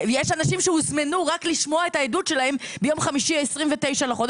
יש אנשים שהוזמנו רק לשמוע את העדות שלהם ביום חמישי ה-29 ביוני.